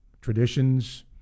traditions